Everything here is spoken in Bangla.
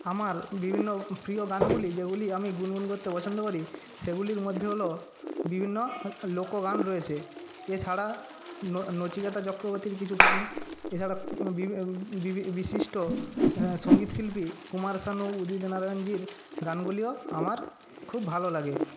আমার বিভিন্ন প্রিয় গানগুলি যেগুলি আমি গুনগুন করতে পছন্দ করি সেগুলির মধ্যে হল বিভিন্ন লোকগান রয়েছে এছাড়া নচিকেতা চক্রবর্তীর কিছু গান এছাড়া বিশিষ্ট সঙ্গীতশিল্পী কুমার শানু উদিত নারায়ণজীর গানগুলিও আমার খুব ভালো লাগে